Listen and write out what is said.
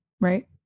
right